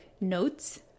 notes